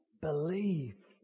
believe